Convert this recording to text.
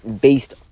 based